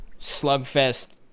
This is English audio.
Slugfest